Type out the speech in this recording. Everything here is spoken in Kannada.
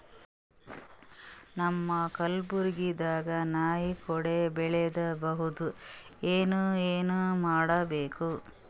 ನಮ್ಮ ಕಲಬುರ್ಗಿ ದಾಗ ನಾಯಿ ಕೊಡೆ ಬೆಳಿ ಬಹುದಾ, ಏನ ಏನ್ ಮಾಡಬೇಕು?